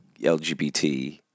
LGBT